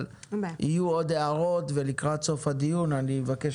אבל יהיו עוד הערות ולקראת סוף הדיון אני אבקש